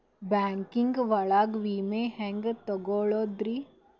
Banking ಒಳಗ ವಿಮೆ ಹೆಂಗ್ ತೊಗೊಳೋದ್ರಿ?